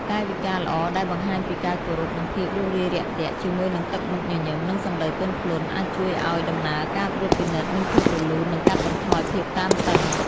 កាយវិការល្អដែលបង្ហាញពីការគោរព និងភាពរួសរាយរាក់ទាក់ ជាមួយនឹងទឹកមុខញញឹម និងសម្ដីទន់ភ្លន់ អាចជួយឱ្យដំណើរការត្រួតពិនិត្យមានភាពរលូន និងកាត់បន្ថយភាពតានតឹង។